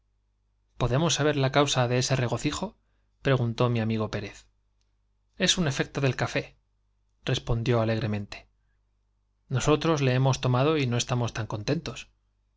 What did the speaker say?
carcajada saber la de ese regocijo podemos causa mi aínigo pérez preguntó es un efecto del café respondió alegremente nosotros le hemos tomado y no estamos tan contentos